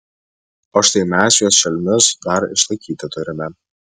o štai mes juos šelmius dar išlaikyti turime